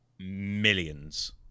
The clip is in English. millions